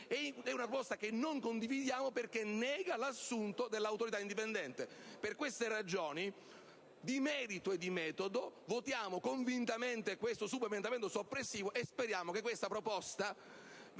è una cosa che non condividiamo, perché nega l'assunto dell'autorità indipendente. Per queste ragioni di merito e di metodo, votiamo convintamente a favore del subemendamento soppressivo, e speriamo che tale proposta venga